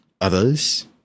Others